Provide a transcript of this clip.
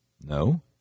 no